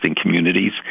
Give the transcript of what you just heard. communities